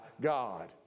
God